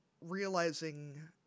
realizing